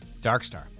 Darkstar